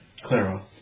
Clara